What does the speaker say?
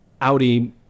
Audi